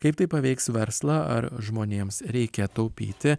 kaip tai paveiks verslą ar žmonėms reikia taupyti